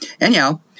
Anyhow